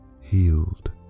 healed